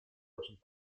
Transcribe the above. очень